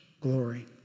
glory